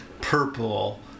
Purple